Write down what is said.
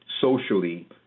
socially